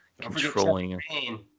controlling